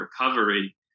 recovery